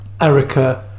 Erica